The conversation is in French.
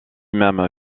même